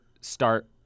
start